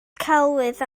celwydd